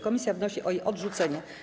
Komisja wnosi o jej odrzucenie.